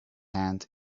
hand